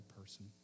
person